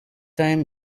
time